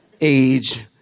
age